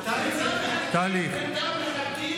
בטוח, מחלקים כנסות, במקום לתת שטחים,